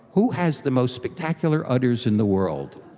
who has the most spectacular udders in the world?